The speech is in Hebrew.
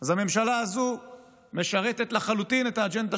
אז הממשלה הזאת משרתת לחלוטין את האג'נדה